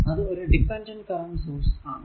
അത് ഒരു dependent current source ആണ്